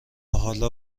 حالا